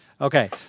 Okay